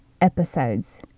episodes